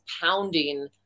pounding